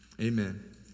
Amen